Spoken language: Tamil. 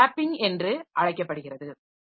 இது ஸ்வாப்பிங் என்று அழைக்கப்படுகிறது